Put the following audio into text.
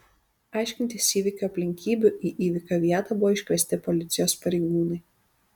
aiškintis įvykio aplinkybių į įvykio vietą buvo iškviesti policijos pareigūnai